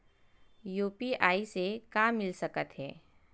UPI से का मिल सकत हे?